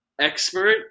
expert